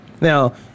Now